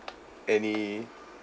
any